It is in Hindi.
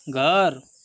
घर